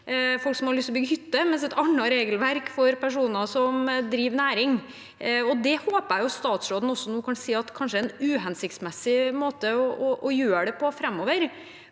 folk som har lyst til å bygge hytte, og et annet regelverk for personer som driver næring. Det håper jeg statsråden kan si at kanskje er en uhensiktsmessig måte å gjøre det på framover.